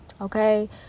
okay